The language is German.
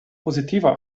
positiver